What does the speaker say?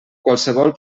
qualsevol